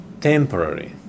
temporary